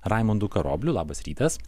raimundu karobliu labas rytas